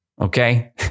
okay